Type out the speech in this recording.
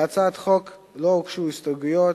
להצעת החוק לא הוגשו הסתייגויות,